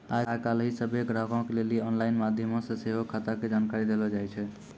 आइ काल्हि सभ्भे ग्राहको के लेली आनलाइन माध्यमो से सेहो खाता के जानकारी देलो जाय छै